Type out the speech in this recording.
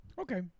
Okay